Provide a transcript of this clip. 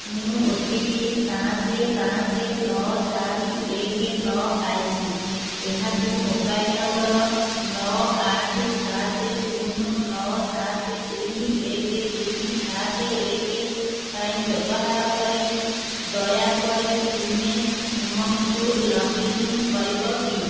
ମୁଁ O T P ପାଞ୍ଚ ପାଞ୍ଚ ନଅ ଚାରି ଏକ ନଅ ପାଇଛି ଏହାକୁ ମୋବାଇଲ୍ ନମ୍ବର୍ ନଅ ଆଠ ସାତ ଶୂନ ନଅ ସାତ ତିନି ଏକ ତିନି ସାତ ଏକ ପାଇଁ ବ୍ୟବହାର କରି ଦୟାକରି ତୁମେ ଉମଙ୍ଗ୍କୁ ଲଗ୍ଇନ୍ କରିବ କି